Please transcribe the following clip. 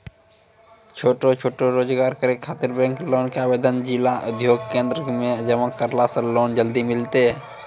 छोटो छोटो रोजगार करै ख़ातिर बैंक लोन के आवेदन जिला उद्योग केन्द्रऽक मे जमा करला से लोन जल्दी मिलतै?